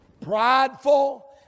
prideful